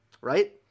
right